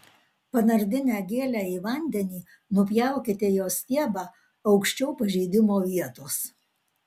panardinę gėlę į vandenį nupjaukite jos stiebą aukščiau pažeidimo vietos